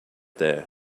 there